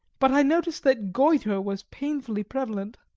but i noticed that goitre was painfully prevalent.